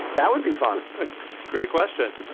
that would be fun great question.